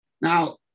Now